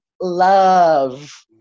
love